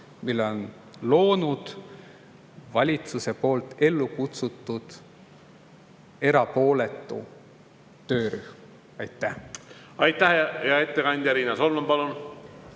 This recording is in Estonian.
mille on loonud valitsuse poolt ellu kutsutud erapooletu töörühm. Aitäh, hea ettekandja! Riina Solman, palun!